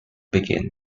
began